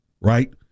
Right